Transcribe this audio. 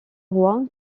roi